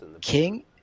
King